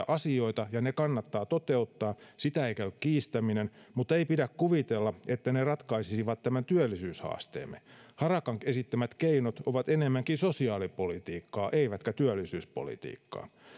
asioita ja ne kannattaa toteuttaa sitä ei käy kiistäminen mutta ei pidä kuvitella että ne ratkaisisivat tämän työllisyyshaasteemme harakan esittämät keinot ovat enemmänkin sosiaalipolitiikkaa eivätkä työllisyyspolitiikkaa